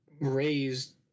raised